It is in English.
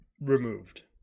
removed